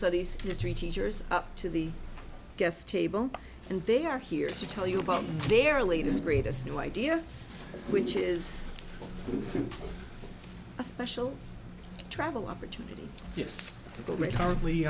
studies history teachers up to the guest table and they are here to tell you about their latest greatest new idea which is a special travel opportunity